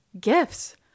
gifts